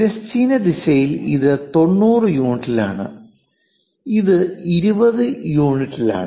തിരശ്ചീന ദിശയിൽ ഇത് 90 യൂണിറ്റിലാണ് ഇത് 20 യൂണിറ്റിലാണ്